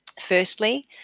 Firstly